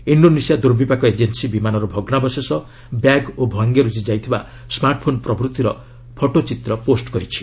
Indonesia ଦୁର୍ବିପାକ agency ବିମାନର ଭଗ୍ରାବଶେଷ ବ୍ୟାଗ୍ ଓ ଭାଙ୍ଗିରୁଜି ଯାଇଥିବା ସ୍କାର୍ଟଫୋନ୍ ପ୍ରଭୂତିର ଫଟୋ ପୋଷ୍ଟ କରିଛି